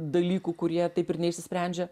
dalykų kurie taip ir neišsisprendžia